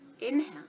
Inhale